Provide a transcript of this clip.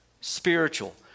spiritual